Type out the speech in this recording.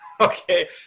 okay